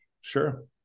Sure